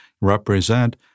represent